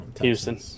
houston